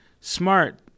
Smart